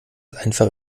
einfach